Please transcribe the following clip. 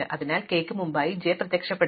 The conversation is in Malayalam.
അതിനാൽ k ന് മുമ്പായി j പ്രത്യക്ഷപ്പെടണം